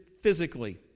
physically